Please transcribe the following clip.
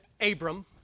Abram